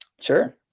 Sure